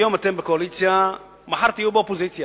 היום אתם בקואליציה, מחר תהיו באופוזיציה,